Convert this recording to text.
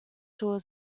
tour